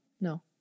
No